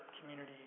community